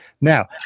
Now